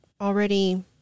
already